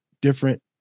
different